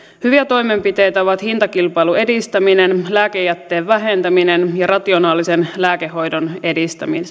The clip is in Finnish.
hyviä toimenpiteitä ovat hintakilpailun edistäminen lääkejätteen vähentäminen ja rationaalisen lääkehoidon edistäminen